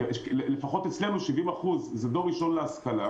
לפחות אצלנו 70% זה דור ראשון להשכלה,